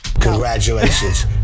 congratulations